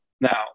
Now